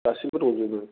गासैबो दंजोबो